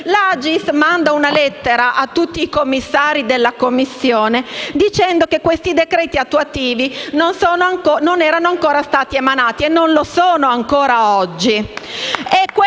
ha inviato una lettera a tutti i membri della Commissione dicendo che i decreti attuativi non erano ancora stati emanati e non lo sono ancora oggi.